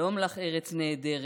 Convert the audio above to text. שלום לך ארץ נהדרת,